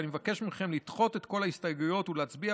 ואני מבקש מכם לדחות את כל ההסתייגויות ולהצביע